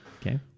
okay